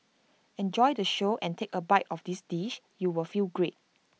enjoy the show and take A bite of this dish you will feel great